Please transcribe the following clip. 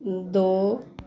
ਦੋ